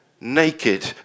naked